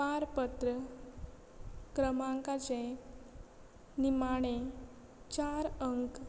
पारपत्र क्रमांकाचे निमाणें चार अंक